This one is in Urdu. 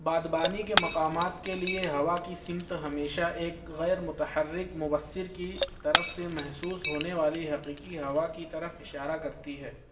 باغبانی کے مقامات کے لیے ہوا کی سمت ہمیشہ ایک غیرمتحرک مبصر کی طرف سے محسوس ہونے والی حقیقی ہوا کی طرف اشارہ کرتی ہے